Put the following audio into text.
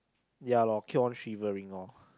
ya lor keep on shivering lor